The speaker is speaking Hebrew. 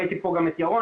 ראיתי פה גם את ירון,